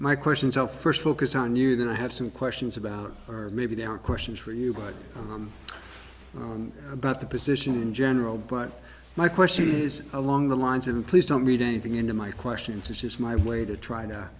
my question is how first focus on you that i have some questions about or maybe they are questions for you by about the position in general but my question is along the lines and please don't read anything into my questions it's just my way to try to